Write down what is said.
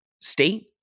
state